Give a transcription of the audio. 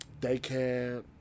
daycare